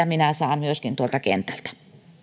minä saan tuolta kentältä